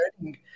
learning